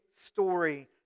story